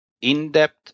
In-depth